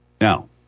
Now